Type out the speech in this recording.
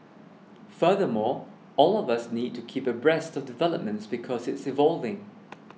furthermore all of us need to keep abreast of developments because it's evolving